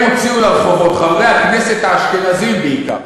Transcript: הם הוציאו לרחובות, חברי הכנסת האשכנזים בעיקר,